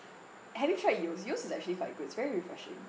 have you tried yeo's yeo's is actually quite good it's very refreshing